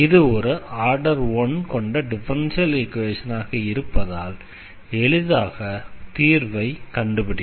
இது ஒரு ஆர்டர் 1 கொண்ட டிஃபரன்ஷியல் ஈக்வேஷனாக இருப்பதால் எளிதாக தீர்வை கண்டுபிடிக்கலாம்